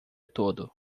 todo